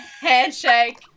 handshake